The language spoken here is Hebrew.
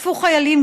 תקפו חיילים,